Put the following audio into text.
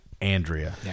Andrea